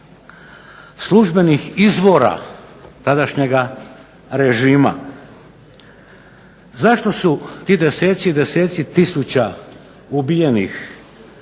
službenih izvora tadašnjega režima. Zašto su ti deseci i deseci tisuća ubijenih